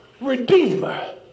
Redeemer